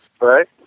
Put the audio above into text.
Right